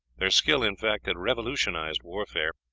their skill, in fact, had revolutionized warfare,